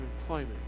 employment